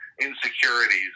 insecurities